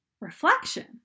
reflection